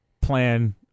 plan